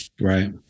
Right